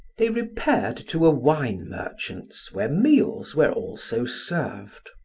they repaired to a wine merchant's where meals were also served.